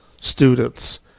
students